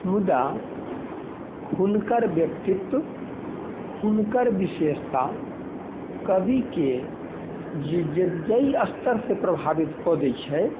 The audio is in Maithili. मुदा हुनकर व्यक्तित्व हुनकर विशेषता कविके जाहि स्तरसँ प्रभावित कऽ दै छै